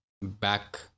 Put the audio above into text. back